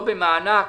לא במענק,